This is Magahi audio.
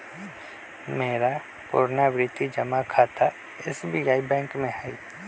मेरा पुरनावृति जमा खता एस.बी.आई बैंक में हइ